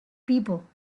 people